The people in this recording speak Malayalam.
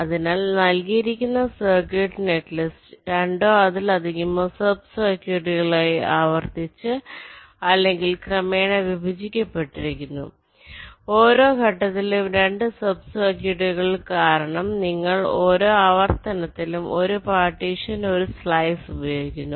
അതിനാൽ നൽകിയിരിക്കുന്ന സർക്യൂട്ട് നെറ്റ്ലിസ്റ്റ് രണ്ടോ അതിലധികമോ സബ് സർക്യൂട്ടുകളായി ആവർത്തിച്ച് അല്ലെങ്കിൽ ക്രമേണ വിഭജിക്കപ്പെട്ടിരിക്കുന്നു ഓരോ ഘട്ടത്തിലും രണ്ട് സബ് സർക്യൂട്ടുകൾ കാരണം നിങ്ങൾ ഓരോ ആവർത്തനത്തിലും 1 പാർട്ടീഷൻ 1 സ്ലൈസ് ഉപയോഗിക്കുന്നു